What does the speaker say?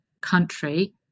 country